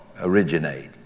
originate